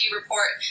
report